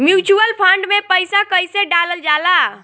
Mutual fund मे पईसा कइसे डालल जाला?